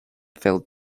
failed